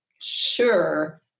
sure